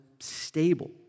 stable